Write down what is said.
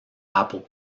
apple